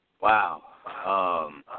Wow